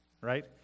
right